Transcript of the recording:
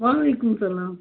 وعلیکُم سلام